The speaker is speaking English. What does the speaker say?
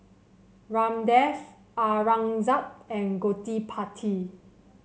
Ramdev Aurangzeb and Gottipati